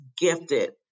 gifted